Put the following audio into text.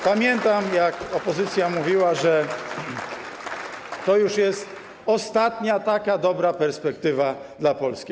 Pamiętam, jak opozycja mówiła, że to już jest ostatnia taka dobra perspektywa dla Polski.